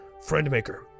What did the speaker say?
Friendmaker